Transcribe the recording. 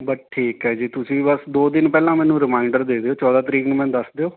ਬਸ ਠੀਕ ਹੈ ਜੀ ਤੁਸੀਂ ਬਸ ਦੋ ਦਿਨ ਪਹਿਲਾਂ ਮੈਨੂੰ ਰੀਮਾਈਡਰ ਦੇ ਦਿਓ ਚੌਦਾਂ ਤਰੀਕ ਨੂੰ ਮੈਨੂੰ ਦੱਸ ਦਿਓ